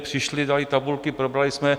Přišli, dali tabulky, probrali jsme.